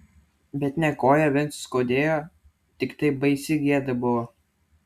bet ne koją vincui skaudėjo tiktai baisi gėda buvo